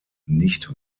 nicht